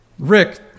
Rick